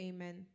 Amen